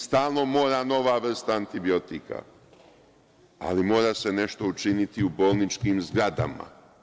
Stalno mora nova vrsta antibiotika, ali mora se nešto učiniti i u bolničkim zgradama.